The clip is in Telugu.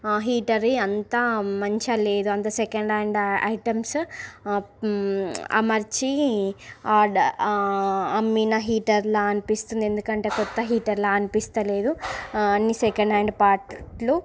హీటర్ అంత మంచిగా లేదు అంతా సెకండ్ హ్యాండ్ ఐ ఐటమ్స్ మంచి అమర్చి అమ్మిన హీటర్లా అనిపిస్తుంది ఎందుకంటే కొత్త హీటర్లా అనిపిస్తలేదు అన్నీ సెకండ్ హ్యాండ్ పార్ట్లు